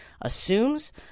assumes